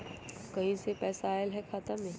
कहीं से पैसा आएल हैं खाता में?